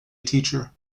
teacher